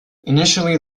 initially